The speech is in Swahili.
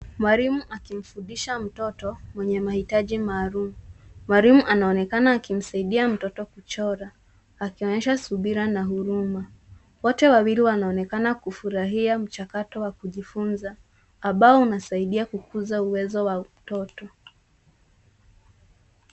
Mwalimu akimfundisha mtoto mwenye mahitaji maalum. Mwalimu anaonekana akimsaidia mtoto kuchora akionyesha subira na huruma. Wote wawili wanaonekana kufurahia mchakato wa kujifunza ambao unasaidia kukuza uwezo wa mtoto.